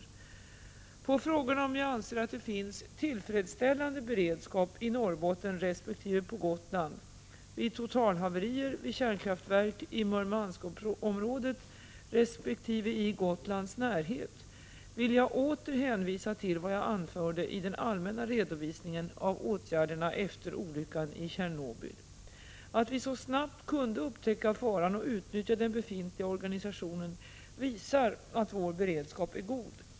Vad beträffar frågorna om jag anser att det finns tillfredsställande beredskap i Norrbotten resp. på Gotland vid totalhaverier vid kärnkraftverk i Murmanskområdet resp. i Gotlands närhet vill jag åter hänvisa till vad jag anförde i den allmänna redovisningen av åtgärderna efter olyckan i Tjernobyl. Att vi så snabbt kunde upptäcka faran och utnyttja den befintliga organisationen visar att vår beredskap är god.